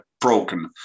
broken